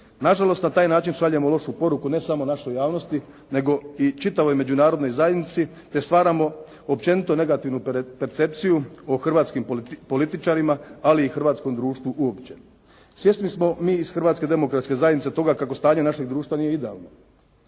Na žalost na taj način šaljemo lošu poruku ne samo našoj javnosti nego i čitavoj međunarodnoj zajednici te stvaramo općenito negativnu percepciju o hrvatskim političarima ali i hrvatskom društvu uopće. Svjesni smo mi iz Hrvatske demokratske zajednice toga kako stanje našeg društva nije idealno